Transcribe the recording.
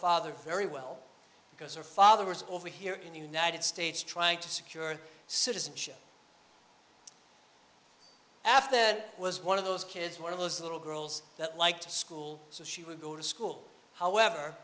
father very well because her father was over here in the united states trying to secure citizenship after that was one of those kids one of those little girls that like to school so she would go to school however